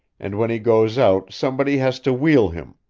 and when he goes out somebody has to wheel him.